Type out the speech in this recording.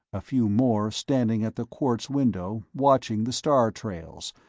a few more standing at the quartz window watching the star-trails,